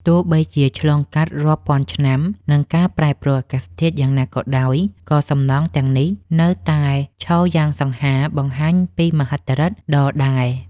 ទោះបីជាឆ្លងកាត់រាប់ពាន់ឆ្នាំ និងការប្រែប្រួលអាកាសធាតុយ៉ាងណាក៏ដោយ ក៏សំណង់ទាំងនេះនៅតែឈរយ៉ាងសង្ហាបង្ហាញពីមហិទ្ធិឫទ្ធិដ៏ដែល។